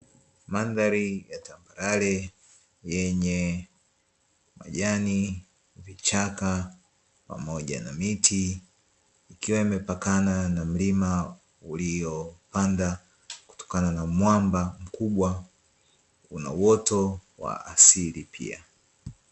Mandhari ya tambarare yenye majani, vichaka pamoja na miti ikiwa imepakana na mlima uliopanda kutokana na mwamba mkubwa una uoto wa asili pia.